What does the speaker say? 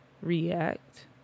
react